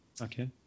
Okay